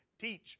teach